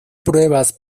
pruebas